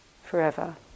forever